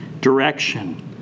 direction